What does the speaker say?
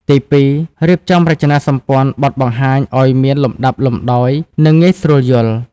ទីពីរ រៀបចំរចនាសម្ព័ន្ធបទបង្ហាញឱ្យមានលំដាប់លំដោយ និងងាយស្រួលយល់។